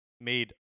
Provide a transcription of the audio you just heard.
made